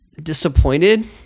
disappointed